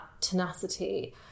tenacity